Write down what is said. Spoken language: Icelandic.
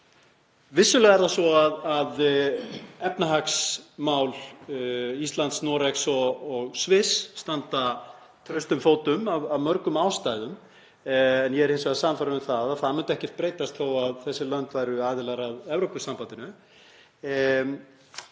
Vissulega er það svo að efnahagsmál Íslands, Noregs og Sviss standa traustum fótum af mörgum ástæðum, en ég er hins vegar sannfærður um að það myndi ekkert breytast þó að þessi lönd væru aðilar að Evrópusambandinu.